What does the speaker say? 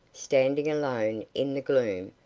standing alone in the gloom,